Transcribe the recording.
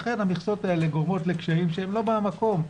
לכן המכסות האלה גורמים לקשיים שהם לא במקום.